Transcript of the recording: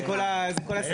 זה כל, זה כל הסעיף.